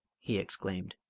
he exclaimed.